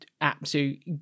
absolute